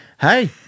Hey